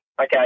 Okay